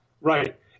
Right